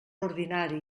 ordinari